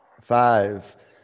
Five